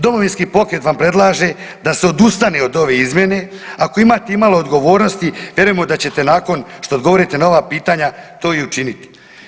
Domovinski pokret vam predlaže da se odustane od ove izmjene ako imate imalo odgovornosti vjerujemo da ćete nakon što odgovorite na ova pitanja to i učiniti.